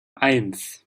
eins